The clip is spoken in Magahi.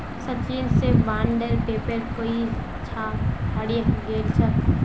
सचिन स बॉन्डेर पेपर कोई छा हरई गेल छेक